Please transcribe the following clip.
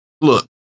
Look